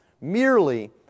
merely